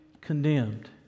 condemned